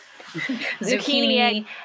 Zucchini